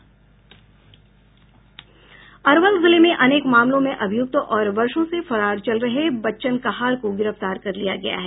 अरवल जिले में अनेक मामलों में अभियुक्त और वर्षो से फरार चल रहे बच्चन कहार को गिरफ्तार किया गया है